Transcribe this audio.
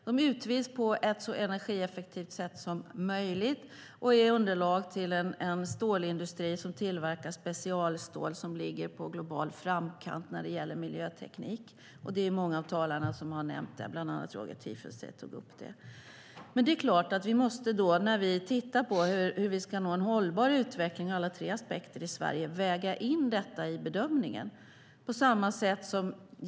De utvinns på ett så energieffektivt sätt som möjligt och är underlag för en stålindustri som tillverkar specialstål som ligger i global framkant när det gäller miljöteknik. Det är många av talarna som har nämnt det. Bland annat Roger Tiefensee tog upp det. När vi tittar på hur vi ska nå en hållbar utveckling i Sverige ur alla tre aspekterna är det klart att vi måste väga in detta i bedömningen.